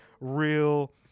real